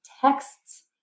texts